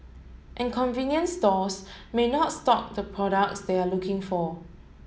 and convenience stores may not stock the products they are looking for